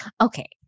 Okay